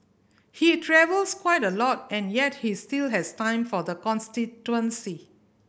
he travels quite a lot and yet he still has time for the constituency